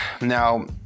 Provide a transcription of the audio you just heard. Now